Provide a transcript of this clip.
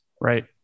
Right